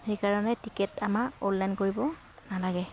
সেইকাৰণে টিকেট আমাৰ অনলাইন কৰিব নালাগে